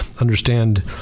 understand